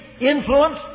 influence